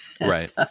Right